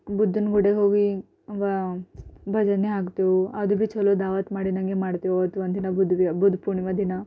ಬುದ್ಧನ ಗುಡಿಗೋಗಿ ಭಜನೆ ಹಾಕ್ತೇವು ಅದು ಭೀ ಚಲೋ ದಾವತ್ ಮಾಡಿದ್ನ ಹಾಗೆ ಮಾಡ್ತೇವೆ ಆವತ್ತು ಒಂದಿನ ಬುಧ ವಿ ಬುಧ ಪೂರ್ಣಿಮ ದಿನ